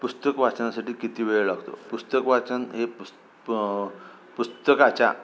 पुस्तक वाचनासाठी किती वेळ लागतो पुस्तक वाचन हे पुस् पुस्तकाच्या